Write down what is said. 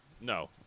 No